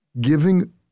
Giving